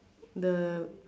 the